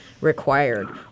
required